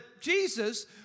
Jesus